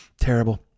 Terrible